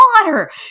water